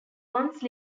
once